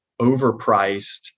overpriced